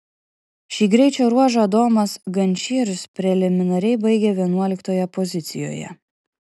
šį greičio ruožą adomas gančierius preliminariai baigė vienuoliktoje pozicijoje